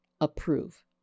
approve